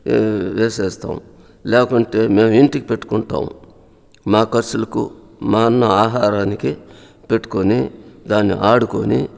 వే వేసేస్తాం లేకుంటే మేం ఇంటికి పెట్టుకుంటాం మాకసలకు మా అన్నఆహారానికి పెట్టుకొని దాన్ని ఆడుకొని